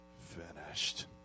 finished